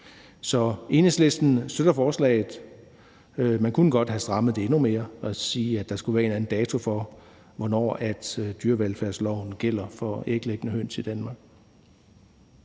Så Enhedslisten støtter forslaget. Man kunne godt have strammet det endnu mere og sagt, at der skulle være en eller anden dato for, hvornår dyrevelfærdsloven skal gælde for æglæggende høns i Danmark.